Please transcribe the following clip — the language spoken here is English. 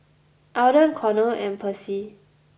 Alden Connor and Percy